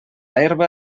herba